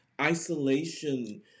isolation